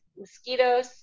mosquitoes